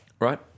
Right